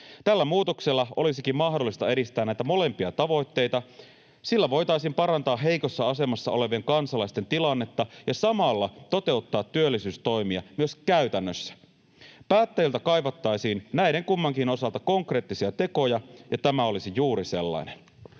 Tällä muutoksella olisikin mahdollista edistää näitä molempia tavoitteita. Sillä voitaisiin parantaa heikossa asemassa olevien kansalaisten tilannetta ja samalla toteuttaa työllisyystoimia myös käytännössä. Päättäjiltä kaivattaisiin näiden kummankin osalta konkreettisia tekoja, ja tämä olisi juuri sellainen.